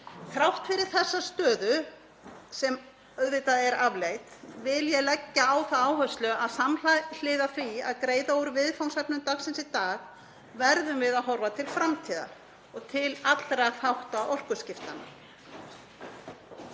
Þrátt fyrir þessa stöðu, sem auðvitað er afleit, vil ég leggja á það áherslu að samhliða því að greiða úr viðfangsefnum dagsins í dag verðum við að horfa til framtíðar og til allra þátta orkuskiptanna.